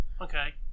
Okay